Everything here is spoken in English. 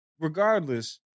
Regardless